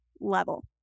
level